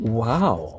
Wow